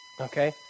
Okay